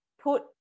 put